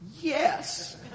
Yes